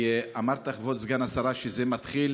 אמרת, כבוד סגן השרה, שזה מתחיל